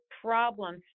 problems